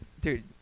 dude